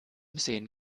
sehen